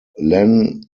len